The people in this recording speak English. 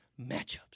matchups